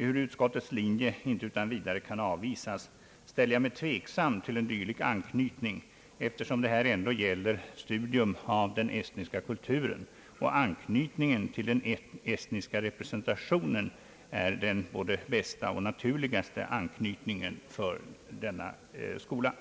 Ehuru utskottets linje inte utan vidare kan avvisas ställer jag mig tveksam till en dylik anknytning, eftersom det här ändå gäller studium av den estniska kulturen, och anknytningen till den estniska representationen är den både bästa och naturligaste anknytningen för denna skola